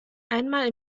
einmal